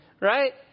right